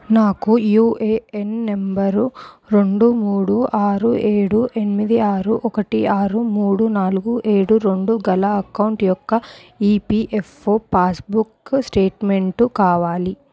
నాకు UAN number రెండు మూడు ఆరు ఏడు ఎనిమిది ఆరు ఒకటి ఆరు మూడు నాలుగు ఏడు రెండు గల అకౌంట్ యొక్క ఈపిఎఫ్ఓ పాస్బుక్ స్టేట్మెంటు కావాలి